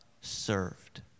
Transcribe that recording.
served